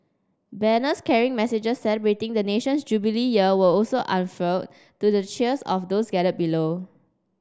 banners carrying messages celebrating the nation's Jubilee Year were also unfurled to the cheers of those gathered below